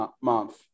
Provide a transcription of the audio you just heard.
Month